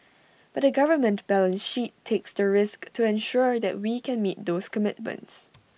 but the government balance sheet takes the risk to ensure that we can meet those commitments